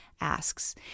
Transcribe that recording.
asks